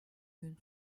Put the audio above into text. gün